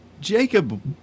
Jacob